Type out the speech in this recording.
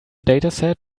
dataset